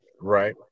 Right